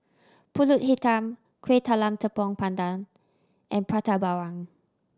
Pulut Hitam Kueh Talam Tepong Pandan and Prata Bawang